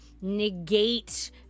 negate